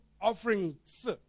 offerings